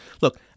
Look